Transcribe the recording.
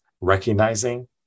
recognizing